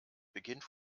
beginnt